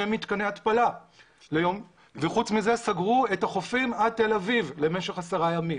מתקני התפלה וחוץ מזה סגרו את החופים עד תל אביב למשך עשרה ימים,